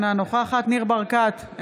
אינה נוכחת ניר ברקת,